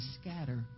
scatter